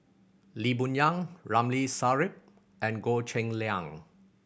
Lee Boon Yang Ramli Sarip and Goh Cheng Liang